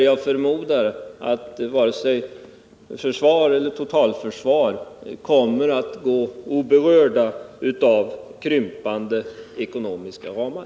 Jag förmodar att varken försvar eller totalförsvar kommer att vara oberörda av krympande ekonomiska ramar.